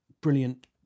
brilliant